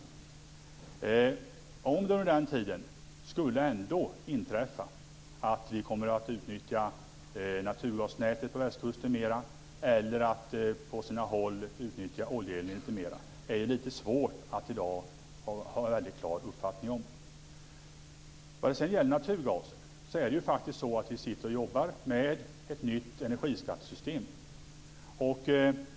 Om det under den tiden ändå skulle inträffa att vi kommer att utnyttja naturgasnätet på västkusten mera eller att på sina håll utnyttja oljeeldning mera är det i dag svårt att ha någon klar uppfattning om. Vad sedan gäller naturgasen jobbar vi nu med ett nytt energiskattesystem.